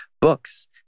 books